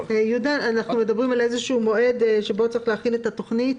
אנחנו מדברים על איזשהו מועד שבו צריך להכין את התוכנית?